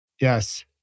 Yes